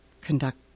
conduct